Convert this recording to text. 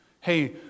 hey